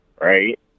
right